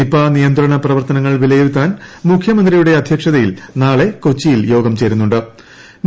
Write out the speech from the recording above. Nipah നിയന്ത്രണ പ്രവർത്തനങ്ങൽ വിലയിരുത്താൻ മുഖ്യമന്ത്രിയുടെ അധ്യക്ഷതയിൽ നാളെ കൊച്ചിയിൽ യോഗം ചേരുന്നു ്